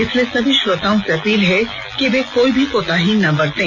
इसलिए सभी श्रोताओं से अपील है कि कोई भी कोताही ना बरतें